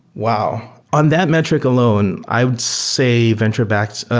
wow! on that metric alone, i would say venture-backed.